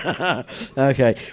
Okay